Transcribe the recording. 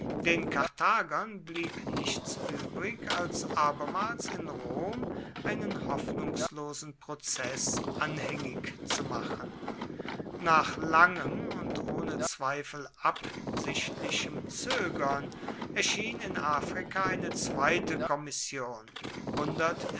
den karthagern blieb nichts übrig als abermals in rom einen hoffnungslosen prozeß anhängig zu machen nach langem und ohne zweifel absichtlichem zögern erschien in afrika eine zweite kommission